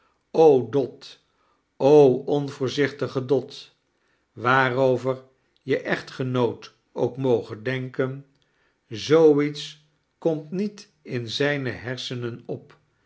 do onvoorzichtige dot waarover je echtgenoot ook moge denken zoo iets komt niet in zijne hersenen op